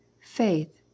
faith